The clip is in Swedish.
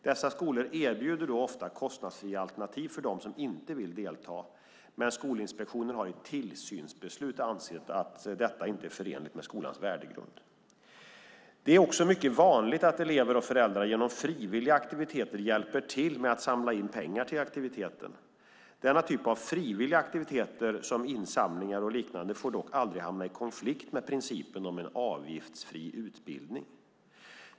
Dessa skolor erbjuder ofta kostnadsfria alternativ för dem som inte vill delta, men Skolinspektionen har i tillsynsbeslut ansett att detta inte är förenligt med skolans värdegrund. Det är mycket vanligt att elever och föräldrar genom frivilliga aktiviteter hjälper till med att samla in pengar till aktiviteten. Denna typ av frivilliga aktiviteter som insamlingar och liknande får dock aldrig hamna i konflikt med principen om en avgiftsfri utbildning.